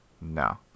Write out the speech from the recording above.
No